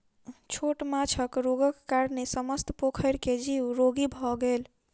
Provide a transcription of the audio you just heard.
छोट माँछक रोगक कारणेँ समस्त पोखैर के जीव रोगी भअ गेल